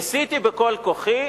ניסיתי בכל כוחי,